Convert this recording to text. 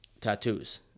tattoos